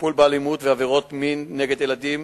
הטיפול באלימות ועבירות מין נגד ילדים